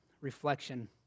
reflection